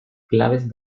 claves